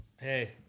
Hey